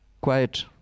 quiet